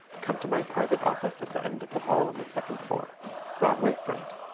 come to my private office at the end of the hall on the second floor broadway front.